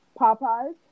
Popeye's